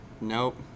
Nope